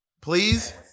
Please